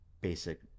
basic